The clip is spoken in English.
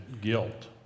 guilt